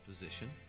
position